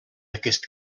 aquest